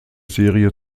serie